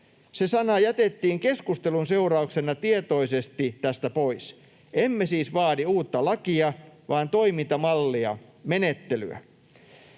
Se sana jätettiin keskustelun seurauksena tietoisesti tästä pois. Emme siis vaadi uutta lakia, vaan toimintamallia, menettelyä.